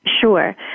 Sure